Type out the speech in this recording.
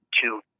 two